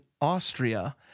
Austria